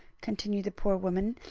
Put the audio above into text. continued the poor woman,